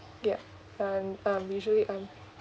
yup and I'm usually am